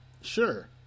Sure